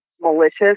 malicious